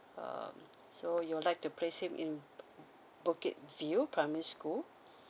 um so you would like to place him in bukit view primary school